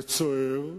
וצוער,